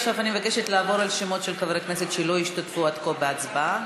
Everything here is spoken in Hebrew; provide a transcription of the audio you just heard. עכשיו אני מבקשת לעבור על שמות של חברי הכנסת שלא השתתפו עד כה בהצבעה.